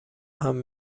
حمل